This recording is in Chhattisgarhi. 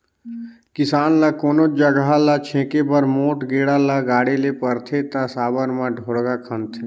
किसान ल कोनोच जगहा ल छेके बर मोट गेड़ा ल गाड़े ले परथे ता साबर मे ढोड़गा खनथे